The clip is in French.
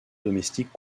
domestiques